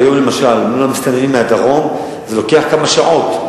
והיום למשל מול המסתננים מהדרום זה לוקח כמה שעות,